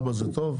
16:00 זה טוב?